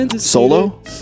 Solo